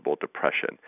depression